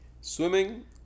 Swimming